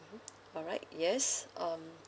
mmhmm alright yes um